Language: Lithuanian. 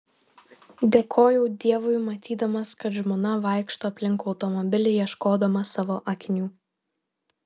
dėkojau dievui matydamas kad žmona vaikšto aplink automobilį ieškodama savo akinių